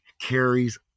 carries